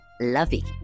lovey